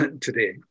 today